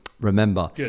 remember